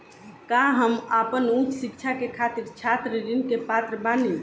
का हम आपन उच्च शिक्षा के खातिर छात्र ऋण के पात्र बानी?